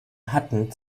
hatten